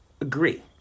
agree